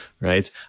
right